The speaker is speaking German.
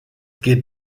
geht